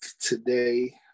Today